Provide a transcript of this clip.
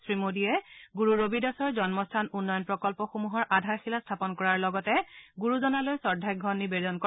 শ্ৰীমোডীয়ে গুৰু ৰবিদাসৰ জন্মস্থান উন্নয়ণ প্ৰকল্পসমূহৰ আধাৰশিলা স্থাপন কৰাৰ লগতে গুৰুজনালৈ শ্ৰদ্ধাৰ্ঘ্য নিবেদন কৰে